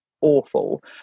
awful